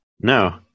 No